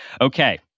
Okay